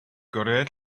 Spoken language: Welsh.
gwrhyd